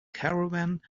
caravan